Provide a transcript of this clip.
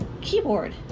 keyboard